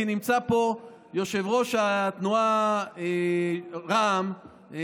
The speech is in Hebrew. כי נמצא פה יושב-ראש התנועה רע"מ,